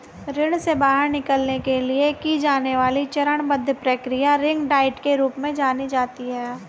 ऋण से बाहर निकलने के लिए की जाने वाली चरणबद्ध प्रक्रिया रिंग डाइट के रूप में जानी जाती है